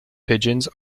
pigeons